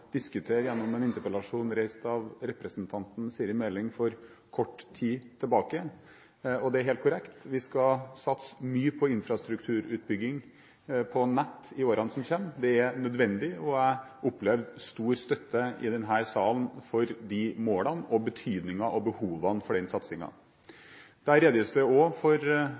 en interpellasjon reist av representanten Siri A. Meling for kort tid tilbake. Det er helt korrekt, vi skal satse mye på infrastrukturutbygging på nett i årene som kommer – det er nødvendig. Jeg opplever stor støtte i denne salen for de målene og betydningen av og behovene for den satsingen. Der redegjøres det også for